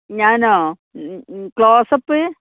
ഞാനോ ക്ലോസപ്പ്